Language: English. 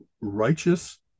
righteous